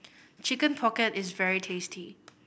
Chicken Pocket is very tasty